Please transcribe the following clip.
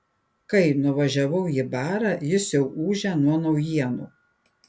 kai nuvažiavau į barą jis jau ūžė nuo naujienų